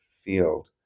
field